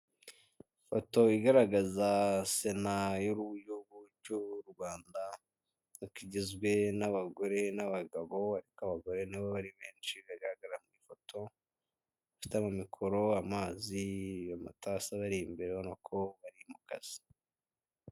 Ifoto igaragaza sena y'igihugu cy'u Rwanda, uko igizwe n'abagore n'abagabo ariko abagore nibo bari benshi ibigaragara ku ifoto, bafite ama mikoro, amazi, amatasi abar'imbere ubona ko bari mu kazi.